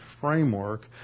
framework